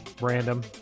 Random